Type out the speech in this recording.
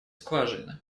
скважины